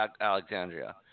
Alexandria